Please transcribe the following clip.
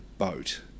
boat